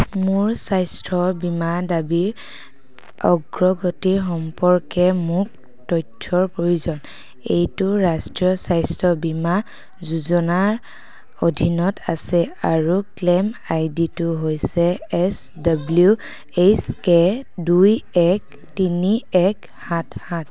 মোৰ স্বাস্থ্য বীমা দাবীৰ অগ্ৰগতিৰ সম্পৰ্কে মোক তথ্যৰ প্ৰয়োজন এইটো ৰাষ্ট্ৰীয় স্বাস্থ্য বীমা যোজনাৰ অধীনত আছে আৰু ক্লেইম আইডিটো হৈছে এচ ডব্লিউ এইচ কে দুই এক তিনি এক সাত সাত